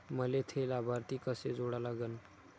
मले थे लाभार्थी कसे जोडा लागन?